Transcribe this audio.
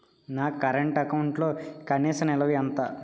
నా కరెంట్ అకౌంట్లో కనీస నిల్వ ఎంత?